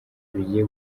bigiye